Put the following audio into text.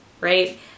right